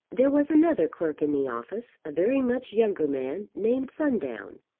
there was another clerk in the office, a very much younger man, named sundown,